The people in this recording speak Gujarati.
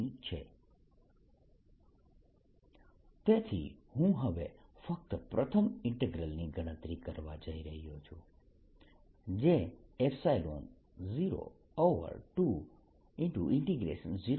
4πr2drQ28π0R તેથી હું હવે ફક્ત પ્રથમ ઈન્ટીગ્રલની ગણતરી કરવા જઇ રહ્યો છું જે 020R2902